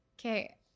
okay